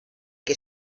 que